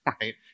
right